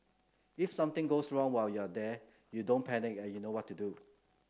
if something goes wrong while you're there you don't panic and you know what to do